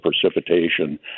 precipitation